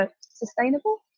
sustainable